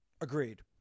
Agreed